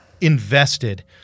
Invested